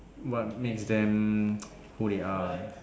what makes them who they are